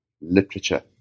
literature